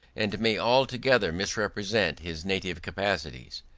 and may altogether misrepresent his native capacities.